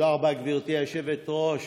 תודה רבה, גברתי היושבת-ראש.